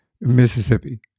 Mississippi